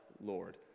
Lord